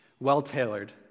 well-tailored